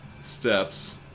steps